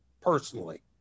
personally